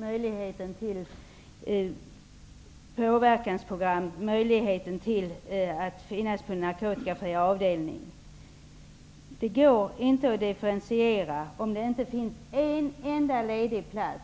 möjlighet att delta i påverkansprogram och att få vistas på en narkotikafri avdelning. Det går inte att differentiera om det inte finns en enda ledig plats.